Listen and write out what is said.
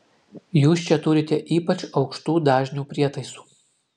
jūs čia turite ypač aukštų dažnių prietaisų